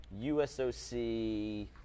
USOC